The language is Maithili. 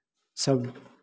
सभ